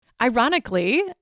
Ironically